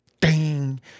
ding